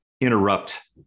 interrupt